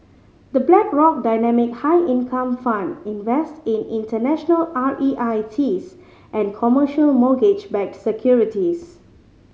the Black rock Dynamic High Income Fund invests in international R E I Ts and commercial mortgage backed securities